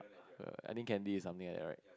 err I think Candy is something like that right